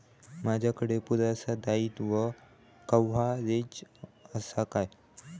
माजाकडे पुरासा दाईत्वा कव्हारेज असा काय?